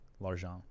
L'argent